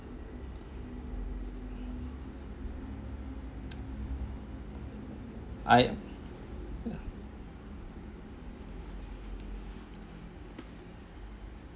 I